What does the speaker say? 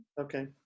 Okay